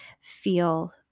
feel